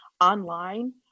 online